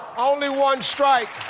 only one strike.